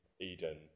Eden